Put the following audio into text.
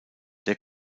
der